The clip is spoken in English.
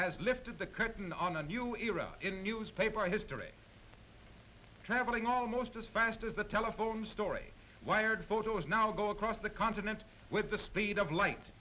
has lifted the curtain on a new era in newspaper history traveling almost as fast as the telephone story wired photo is now go across the continent with the speed of light